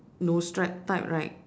no stripe type right